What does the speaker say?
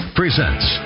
presents